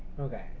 Okay